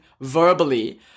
verbally